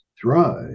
thrive